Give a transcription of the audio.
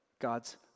God's